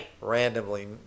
randomly